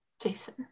Jason